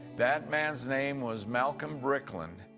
that man's name was malcolm brickland.